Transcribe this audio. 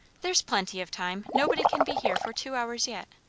there's plenty of time. nobody can be here for two hours yet.